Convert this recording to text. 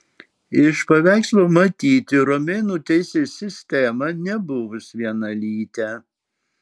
iš paveikslo matyti romėnų teisės sistemą nebuvus vienalytę